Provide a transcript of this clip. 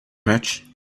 much